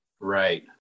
Right